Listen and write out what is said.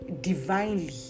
divinely